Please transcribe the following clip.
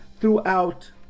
throughout